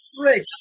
break